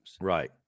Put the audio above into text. Right